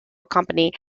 company